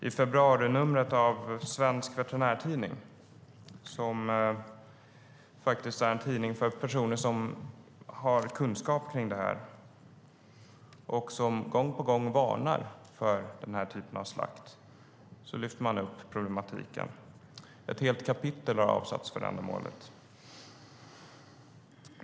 I februarinumret av Svensk Veterinärtidning, som är en tidning för personer som har kunskap om detta och gång på gång varnar för den här typen av slakt, lyfter man fram problematiken. Ett helt kapitel har avsatts för ändamålet.